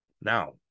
Now